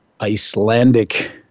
Icelandic